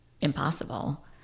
impossible